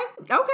okay